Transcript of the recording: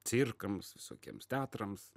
cirkams visokiems teatrams